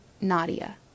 Nadia